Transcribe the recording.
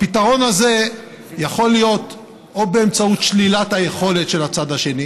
הפתרון הזה יכול להיות או באמצעות שלילת היכולת של הצד השני,